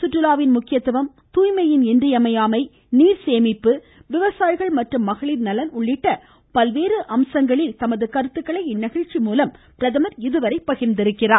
சுற்றுலாவின் முக்கியத்துவம் தூய்மையின் இன்றியமையாமை நீர்சேமிப்பு விவசாயிகள் மற்றும் மகளிர் நலன் உள்ளிட்ட பல்வேறு விசயங்களில் தமது கருத்துக்களை இந்நிகழ்ச்சி மூலம் பிரதமர் இதுவரை பகிர்ந்துள்ளார்